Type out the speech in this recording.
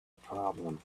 problem